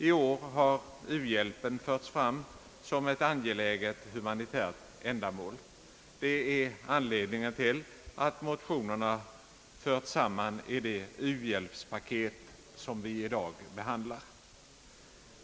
I år har u-hjälpen förts fram som ett angeläget humanitärt ändamål. Det är anledningen till att motionerna förts samman i det u-hjälpspaket som vi i dag behandlar.